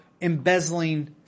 embezzling